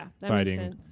fighting